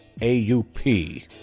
AUP